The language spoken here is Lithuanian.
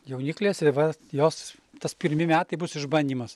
jauniklės ir vat jos tas pirmi metai bus išbandymas